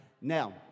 Now